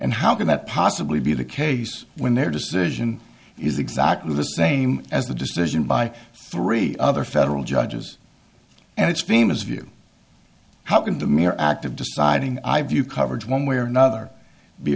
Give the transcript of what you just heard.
and how can that possibly be the case when their decision is exactly the same as the decision by three other federal judges and it's bemis view how can the mere act of deciding i view coverage one way or another be